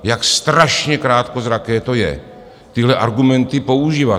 Jak strašně krátkozraké to je, tyhle argumenty používat.